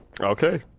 Okay